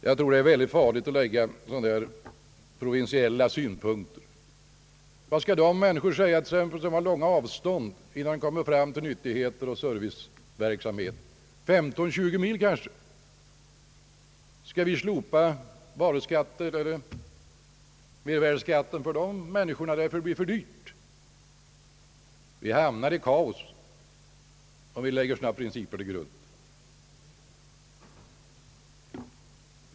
Jag tror det är utomordentligt farligt att lägga sådana provinsiella synpunkter på frågan. Vad skall t.ex. de människor på andra håll i landet säga som har långa avstånd — kanske 15—20 mil — till nyttigheter och serviceverksamheter? Skall vi slopa mervärdeskatten för dessa människor därför att det blir för dyrt för dem? Vi hamnar i kaos om vi lägger sådana principer till grund.